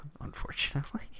Unfortunately